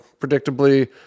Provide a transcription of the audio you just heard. predictably